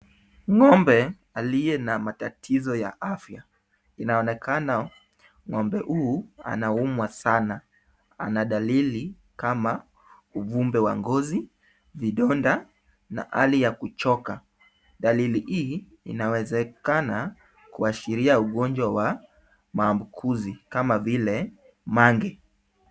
Ng'ombe aliye na matatizo ya afya. Inaonekena ng'ombe huyu anaumwa sana. Ana dalili kama uvimbe wa ngozi, vidonda na hali ya kuchoka. Dalili hii inawezekana kuashiria ugonjwa wa maambukizi kama vile mange .